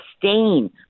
sustain